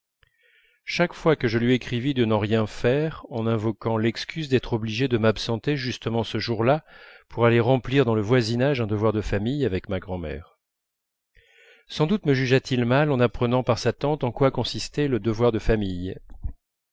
chaque fois je lui écrivis de n'en rien faire en invoquant l'excuse d'être obligé de m'absenter justement ce jour-là pour aller remplir dans le voisinage un devoir de famille avec ma grand'mère sans doute me jugea-t-il mal en apprenant par sa tante en quoi consistait le devoir de famille